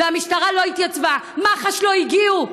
המשטרה לא התייצבה, מח"ש לא הגיעו.